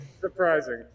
surprising